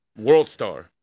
Worldstar